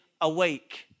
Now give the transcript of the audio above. awake